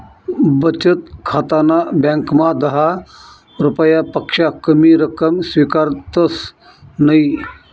बचत खाताना ब्यांकमा दहा रुपयापक्सा कमी रक्कम स्वीकारतंस नयी